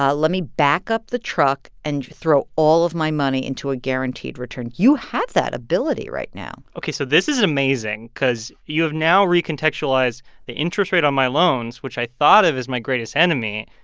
ah let me back up the truck and throw all of my money into a guaranteed return. you have that ability right now ok. so this is amazing because you have now re-contextualized the interest rate on my loans, which i thought of as my greatest enemy,